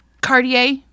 Cartier